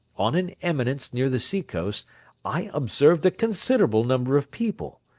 on an eminence near the sea-coast i observed a considerable number of people,